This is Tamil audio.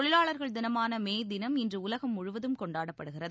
தொழிலாளர்கள் தினமானமேதினம் இன்றுஉலகம் முழுவதும் கொண்டாடப்படுகிறது